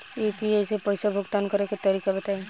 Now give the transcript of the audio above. UPI से पईसा भुगतान करे के तरीका बताई?